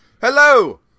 Hello